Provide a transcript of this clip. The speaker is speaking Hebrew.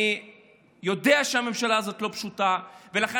אני יודע שהממשלה הזאת לא פשוטה, ולכן